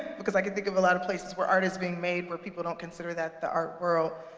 because i could think of a lot of places where art is being made where people don't consider that the art world.